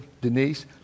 Denise